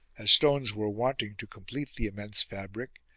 as stones were wanting to complete the immense fabric,